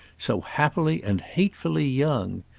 so happily and hatefully young.